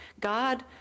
God